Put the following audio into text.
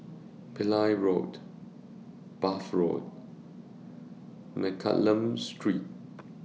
Pillai Road Bath Road and Mccallum Street